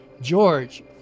George